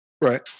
right